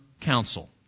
counsel